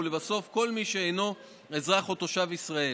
ולבסוף לכל מי שאינו אזרח או תושב ישראל.